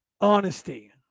honesty